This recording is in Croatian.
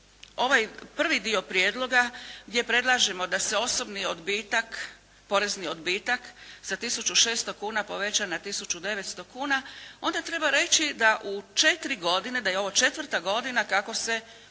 ovaj prvi dio prijedloga gdje predlažemo da se osobni odbitak, porezni odbitak sa tisuću 600 kuna poveća na tisuću 900 kuna onda treba reći da u četiri godine, da je ovo četvrta godina kako se porezni,